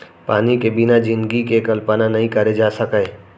पानी के बिना जिनगी के कल्पना नइ करे जा सकय